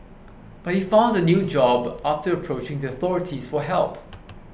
but he found a new job after approaching the authorities for help